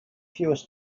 fewest